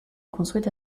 construite